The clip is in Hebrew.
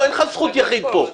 אין לך זכות יחיד פה.